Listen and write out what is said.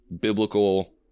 biblical